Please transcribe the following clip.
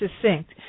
succinct